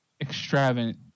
extravagant